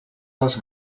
les